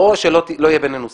או שלא יהיה בינינו שיח.